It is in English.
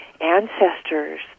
ancestors